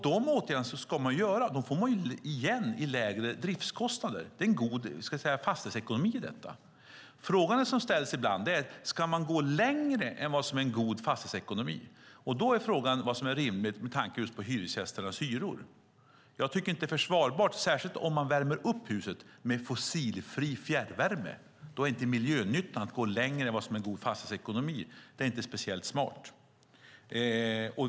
Dessa åtgärder ska man göra; det får man igen i lägre driftskostnader. Det är en god fastighetsekonomi i detta. Frågan som ibland ställs är dock om man ska gå längre än vad som är en god fastighetsekonomi, och då är frågan vad som är rimligt med tanke på hyresgästernas hyror. Jag tycker inte att det är försvarbart, särskilt om man värmer upp huset med fossilfri fjärrvärme, att gå längre med miljönyttan än vad som är god fastighetsekonomi. Det är inte speciellt smart.